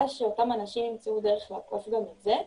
שאותם אנשים ימצאו דרך לעקוף גם את זה.